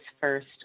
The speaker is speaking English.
first